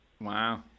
Wow